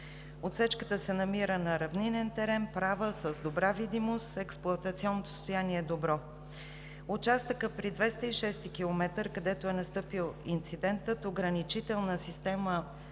Отсечката се намира на равнинен терен, права, с добра видимост, експлоатационното състояние е добро. За участъка при км 206, където е настъпил инцидентът, ограничителна система